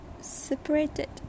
separated